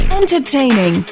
entertaining